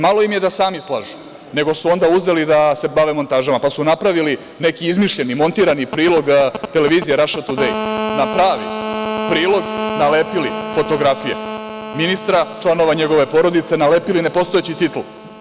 Malo im je da sami slažu, nego su onda uzeli da se bave montažama, pa su napravili neki izmišljeni, montirani prilog televizije „Raša tudej“, na pravi prilog nalepili fotografije ministra, članova njegove porodice, nalepili nepostojeći titl.